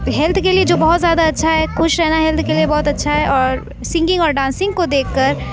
health کے لیے جو بہت زیادہ اچھا ہے خوش رہنا ہیلتھ کے لیے بہت اچھا ہے اور سنگنگ اور ڈانسنگ کو دیکھ کر